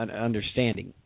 understanding